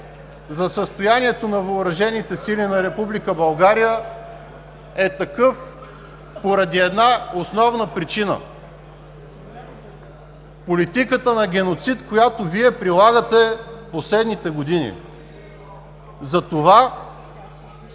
за състоянието на въоръжените сили на Република България, е такъв поради една основна причина – политиката на геноцид, която Вие прилагате последните години. Затова